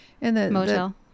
Motel